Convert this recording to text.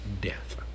death